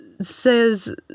says